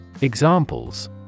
Examples